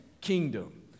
kingdom